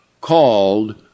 called